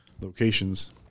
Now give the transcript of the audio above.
locations